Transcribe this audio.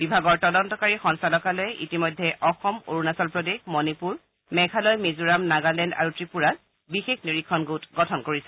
বিভাগৰ তদন্তকাৰী সঞ্চালকালয়ে ইতিমধ্যে অসম অৰুণাচলপ্ৰদেশ মণিপুৰ মেঘালয় মিজোৰাম নাগালেণ্ড আৰু ত্ৰিপূৰাত বিশেষ নিৰীক্ষণ গোট গঠন কৰিছে